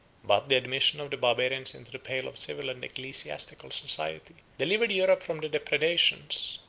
but the admission of the barbarians into the pale of civil and ecclesiastical society delivered europe from the depredations,